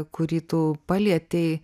kurį tu palietei